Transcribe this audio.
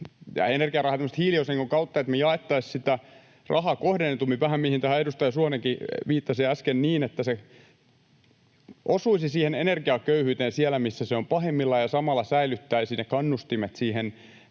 tämmöisen hiiliosingon kautta, siten että me jaettaisiin sitä rahaa kohdennetummin — mihin edustaja Suhonenkin vähän viittasi äsken — niin että se osuisi siihen energiaköyhyyteen siellä, missä se on pahimmillaan, ja samalla säilyttäisi ne kannustimet siihen